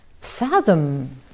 fathom